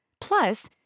Plus